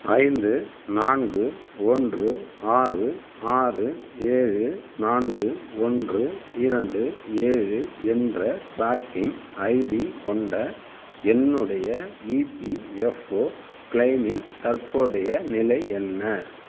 ஐந்து நான்கு ஒன்று ஆறு ஆறு ஏழு நான்கு ஒன்று இரண்டு ஏழு என்ற ட்ராக்கிங் ஐடி கொண்ட என்னுடைய இபிஎஃப்ஓ கிளெய்மின் தற்போதைய நிலை என்ன